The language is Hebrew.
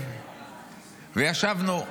וישבנו.